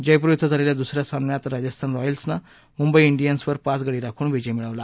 जयपूर इथं झालेल्या दुस या सामन्यात राजस्थान रॉयल्सने मुंबई इंडियन्सवर पाच गडी राखून विजय मिळवला